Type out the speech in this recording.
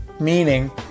meaning